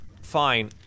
fine